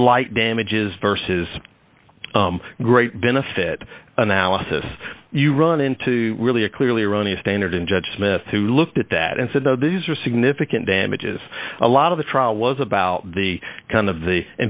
slight damages versus great benefit analysis you run into really a clearly erroneous standard and judge smith who looked at that and said no these are significant damage is a lot of the trial was about the kind of the